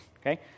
Okay